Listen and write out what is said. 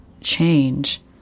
change